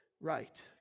right